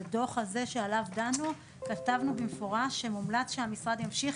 בדוח הזה שעליו דנו כתבנו במפורש שמומלץ שהמשרד ימשיך